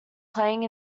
playing